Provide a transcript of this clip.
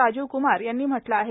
राजीव क्मार यांनी म्हटलं आहे